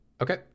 Okay